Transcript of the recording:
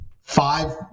five